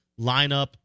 lineup